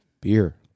beer